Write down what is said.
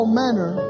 manner